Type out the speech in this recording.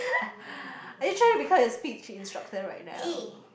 are you try to become a speech instructor right now